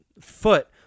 foot